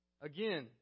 Again